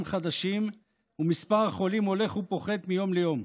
חדשים ומספר החולים הולך ופוחת מיום ליום.